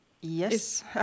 Yes